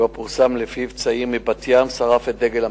שלפיו צעיר מבת-ים שרף את דגל המדינה.